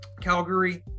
calgary